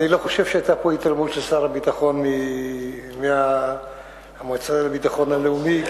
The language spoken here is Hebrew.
אני לא חושב שהיתה פה התערבות של שר הביטחון במועצה לביטחון לאומי.